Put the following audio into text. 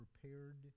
prepared